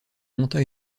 monta